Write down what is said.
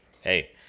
Hey